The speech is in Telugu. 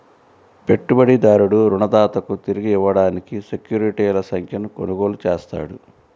పెట్టుబడిదారుడు రుణదాతకు తిరిగి ఇవ్వడానికి సెక్యూరిటీల సంఖ్యను కొనుగోలు చేస్తాడు